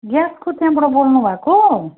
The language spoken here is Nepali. ग्यासको त्यहाँबाट बोल्नुभएको